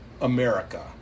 America